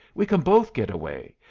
we can both get away.